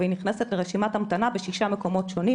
והיא נכנסת לרשימת המתנה בשישה מקומות שונים.